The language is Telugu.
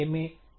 MA